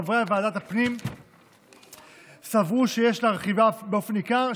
חברי ועדת הפנים סברו שיש להרחיבה באופן ניכר,